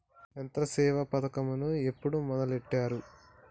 యంత్రసేవ పథకమును ఎప్పుడు మొదలెట్టారు?